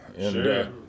Sure